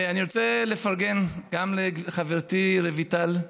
אני רוצה לפרגן גם לחברתי רויטל,